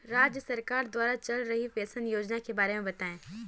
राज्य सरकार द्वारा चल रही पेंशन योजना के बारे में बताएँ?